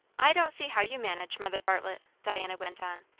i don't see how you manage, mother bartlett, diana went on,